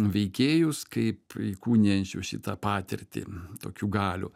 veikėjus kaip įkūnijančius šitą patirtį tokių galių